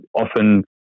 often